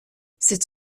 cette